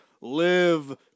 live